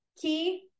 key